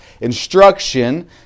instruction